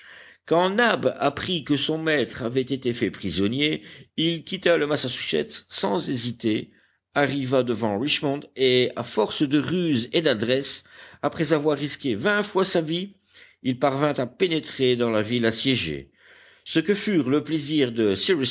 quand nab apprit que son maître avait été fait prisonnier il quitta le massachussets sans hésiter arriva devant richmond et à force de ruse et d'adresse après avoir risqué vingt fois sa vie il parvint à pénétrer dans la ville assiégée ce que furent le plaisir de